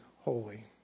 holy